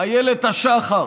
איילת השחר: